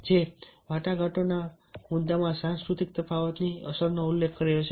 જે મેં વાટાઘાટો ના મુદ્દામાં સાંસ્કૃતિક તફાવતની અસરનો ઉલ્લેખ કર્યો છે